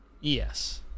Yes